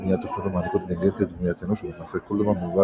לגבי בניית תוכנות המעניקות אינטליגנציה דמוית אנוש,